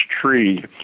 tree